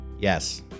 yes